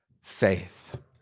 Faith